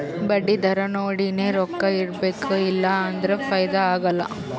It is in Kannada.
ಬಡ್ಡಿ ದರಾ ನೋಡಿನೆ ರೊಕ್ಕಾ ಇಡಬೇಕು ಇಲ್ಲಾ ಅಂದುರ್ ಫೈದಾ ಆಗಲ್ಲ